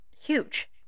huge